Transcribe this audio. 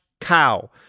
cow